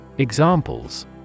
Examples